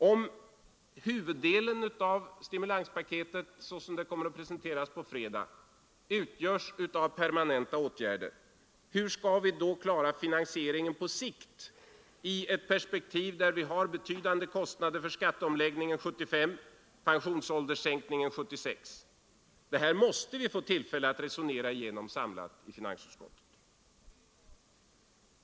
Om huvuddelen av stimulanspaketet såsom det kommer att presenteras på fredag utgörs av permanenta åtgärder, hur skall vi då klara finansieringen på sikt i ett perspektiv där vi har betydande kostnader för skatteomläggningen 1975 och pensionsålderssänkningen 1976? Detta måste vi få tillfälle att resonera igenom samlat i finansutskottet.